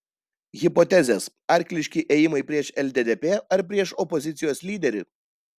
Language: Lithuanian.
hipotezės arkliški ėjimai prieš lddp ar prieš opozicijos lyderį